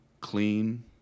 clean